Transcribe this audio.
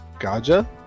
Gaja